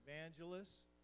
evangelists